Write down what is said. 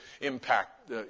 impact